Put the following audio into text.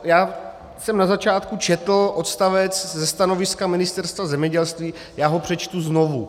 Já jsem na začátku četl odstavec ze stanoviska Ministerstva zemědělství, já ho přečtu znovu.